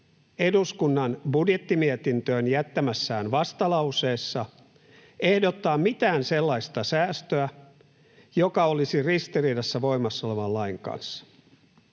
eduskunnan budjettimietintöön jättämässään vastalauseessa ehdottaa mitään sellaista säästöä, joka olisi ristiriidassa voimassa olevan lain kanssa.